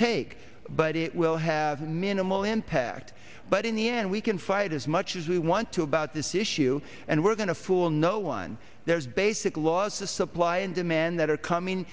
take but it will have minimal impact but in the end we can fight as much as we want to about this issue and we're going to fool no one there's basic laws of supply and demand that are coming